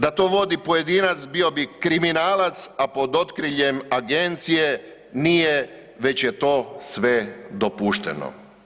Da to vodi pojedinac bio bi kriminalac, a pod okriljem agencije nije već je to sve dopušteno.